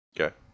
Okay